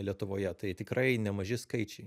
lietuvoje tai tikrai nemaži skaičiai